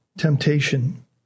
Temptation